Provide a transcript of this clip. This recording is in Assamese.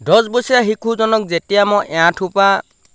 দহ বছৰীয়া শিশুজনক যেতিয়া মই এআঁঠুৰপৰা